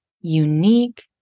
unique